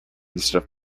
instead